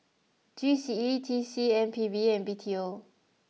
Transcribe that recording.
G C E T C M P B and B T O